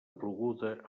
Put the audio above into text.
ploguda